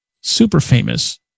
super-famous